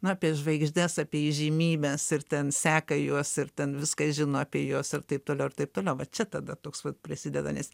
na apie žvaigždes apie įžymybes ir ten seka juos ir ten viską žino apie juos ir taip toliau ir taip toliau va čia tada toks vat prisideda nes